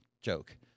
joke